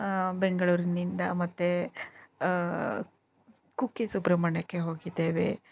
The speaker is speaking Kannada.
ಬೆಂಗಳೂರಿನಿಂದ ಮತ್ತೆ ಕುಕ್ಕೇ ಸುಬ್ರಹ್ಮಣ್ಯಕ್ಕೆ ಹೋಗಿದ್ದೇವೆ